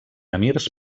emirs